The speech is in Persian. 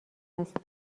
است